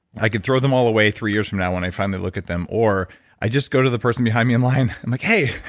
i could throw them all away three years from now when i finally look at them or i just go to the person behind me in line i'm like, hey,